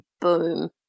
boom